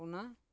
ᱚᱱᱟ